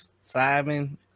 Simon